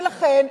ולכן,